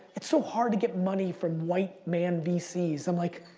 it's so hard to get money from white man vc's. i'm like,